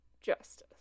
justice